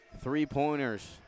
three-pointers